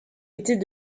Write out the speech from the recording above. était